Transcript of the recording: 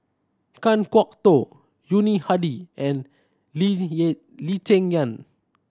Kan Kwok Toh Yuni Hadi and Lee Lee Cheng Yan